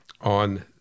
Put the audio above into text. on